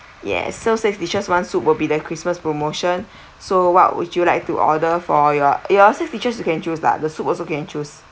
yes so six dishes one soup will be the christmas promotion so what would you like to order for your your all six dishes you can choose lah the soup also can choose